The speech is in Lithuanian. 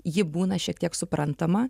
ji būna šiek tiek suprantama